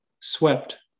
swept